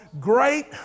great